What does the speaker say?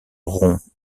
rond